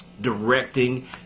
directing